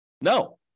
No